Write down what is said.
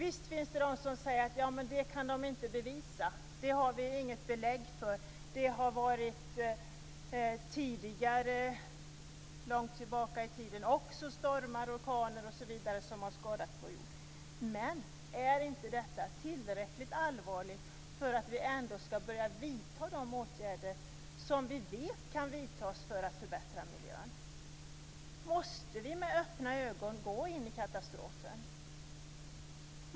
Visst finns det de som säger att man inte kan bevisa det, att vi inte har något belägg för det, att det också tidigare, långt tillbaka i tiden, har varit stormar och orkaner som skadat vår jord. Men är inte detta tillräckligt allvarligt för att vi ändå ska börja vidta de åtgärder som vi vet kan vidtas för att förbättra miljön? Måste vi med öppna ögon gå in i katastrofen?